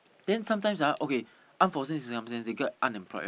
then sometimes ah okay unforseen circumstances the get unemployed right